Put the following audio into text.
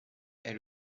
est